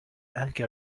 anche